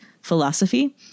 philosophy